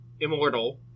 immortal